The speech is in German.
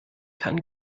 kann